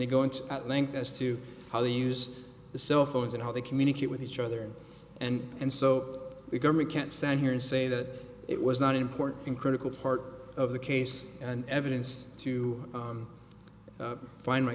they go into at length as to how they use the cell phones and how they communicate with each other and and so the government can't stand here and say that it was not important and critical part of the case and evidence to find my